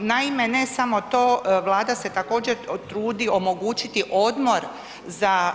Naime, ne samo to, Vlada se također trudi omogućiti odmor za